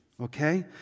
Okay